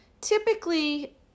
typically